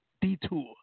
detour